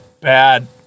bad